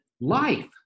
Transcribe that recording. life